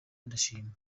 ndashima